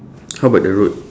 how about the road